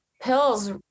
pills